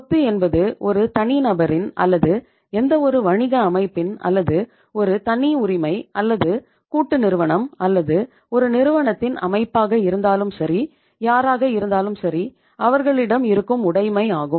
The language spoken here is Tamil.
சொத்து என்பது ஒரு தனிநபரின் அல்லது எந்தவொரு வணிக அமைப்பின் அல்லது ஒரு தனியுரிமை அல்லது கூட்டு நிறுவனம் அல்லது ஒரு நிறுவனத்தின் அமைப்பாக இருந்தாலும் சரி யாராக இருந்தாலும் இவர்களிடம் இருக்கும் உடைமை ஆகும்